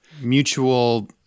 mutual –